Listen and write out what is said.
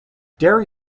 dairy